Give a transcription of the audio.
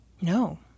No